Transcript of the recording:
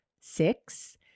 six